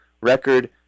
record